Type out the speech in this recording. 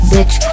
Bitch